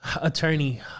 attorney